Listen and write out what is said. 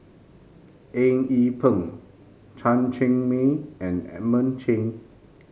Eng Yee Peng Chen Cheng Mei and Edmund Cheng